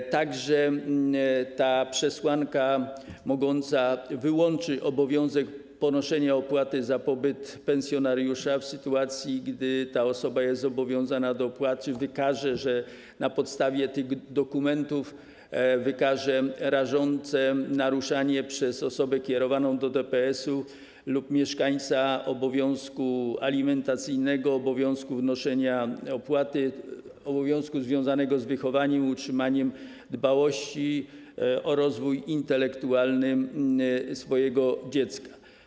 Jest także ta przesłanka mogąca wyłączyć obowiązek ponoszenia opłaty za pobyt pensjonariusza w sytuacji, gdy osoba zobowiązana do opłaty wykaże na podstawie tych dokumentów rażące naruszenie przez osobę kierowaną do DPS-u lub mieszkańca DPS-u obowiązku alimentacyjnego, obowiązku wnoszenia opłaty, obowiązku związanego z wychowaniem i utrzymaniem, dbałością o rozwój intelektualny swojego dziecka.